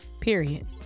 Period